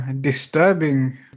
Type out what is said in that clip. disturbing